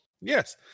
yes